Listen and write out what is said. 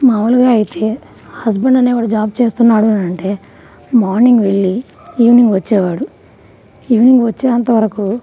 మాములుగా అయితే హస్బెండ్ అనేవాడు జాబ్ చేస్తున్నాడు అని అంటే మార్నింగ్ వెళ్ళి ఈవినింగ్ వచ్చేవాడు ఈవినింగ్ వచ్చేంత వరకు